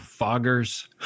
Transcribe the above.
foggers